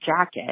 jacket